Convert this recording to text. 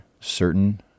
certain